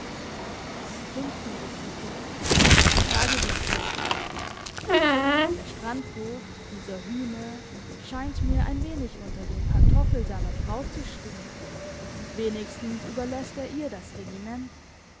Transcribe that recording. der strandvogt dieser hüne scheint mir ein wenig unter dem pantoffel seiner frau zu stehen wenigstens überlässt er ihr das regiment